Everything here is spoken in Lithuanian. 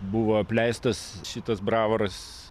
buvo apleistas šitas bravoras